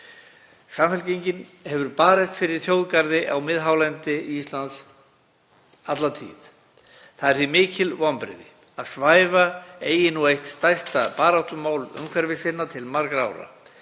Samfylkingin hefur barist fyrir þjóðgarði á miðhálendi Íslands alla tíð. Það eru því mikil vonbrigði að svæfa eigi nú eitt stærsta baráttumál umhverfissinna til margra ára.